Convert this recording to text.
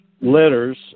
letters